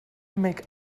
make